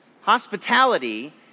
Hospitality